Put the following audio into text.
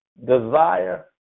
desire